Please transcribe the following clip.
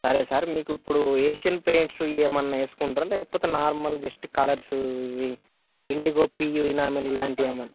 సరే సార్ మీకు ఇప్పుడు ఏషియన్ పెయింట్స్ ఏమైనా వేసుకుంటరా లేకపోతే నార్మల్ జస్ట్ కలర్స్ ఇవి ఇండిగో పీయు ఎనామెల్ ఇలాంటివి ఏమైనా